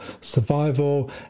survival